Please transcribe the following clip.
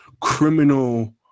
criminal